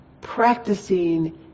practicing